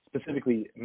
specifically